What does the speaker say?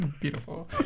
beautiful